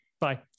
Bye